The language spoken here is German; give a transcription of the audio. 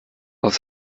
auf